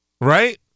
right